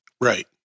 Right